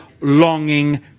longing